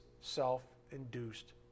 self-induced